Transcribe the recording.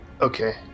okay